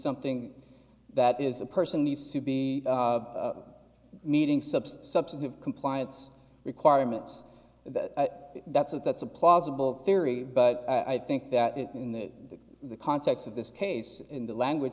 something that is a person needs to be meeting substance substantive compliance requirements that that's a that's a plausible theory but i think that in the context of this case in the language